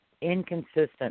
inconsistent